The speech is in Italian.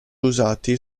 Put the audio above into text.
usati